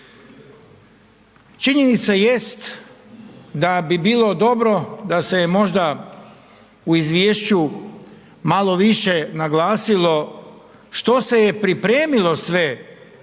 Činjenica jest da bi bilo dobro da se je možda u izvješću malo više naglasilo što se je pripremilo sve